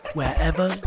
wherever